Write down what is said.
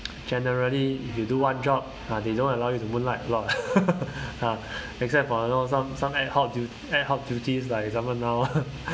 generally if you do what job but they don't allow you to moonlight a lot ah except for you know some some adhoc dut~ adhoc duties like example now